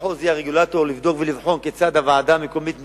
המחוז יהיה הרגולטור לבדוק ולבחון כיצד הוועדה המקומית מתנהלת.